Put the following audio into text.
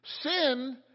Sin